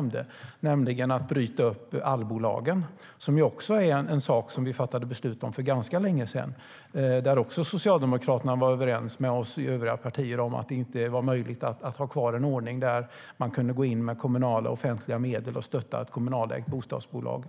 mig, nämligen att bryta upp allbolagen. Det är också en sak som vi fattade beslut om för ganska länge sedan och där Socialdemokraterna var överens med oss övriga partier om att det med hänsyn till EU-kommissionens direktiv om statsstöd inte var möjligt att ha kvar en ordning där man kunde gå in med kommunala och offentliga medel och stötta ett kommunalägt bostadsbolag.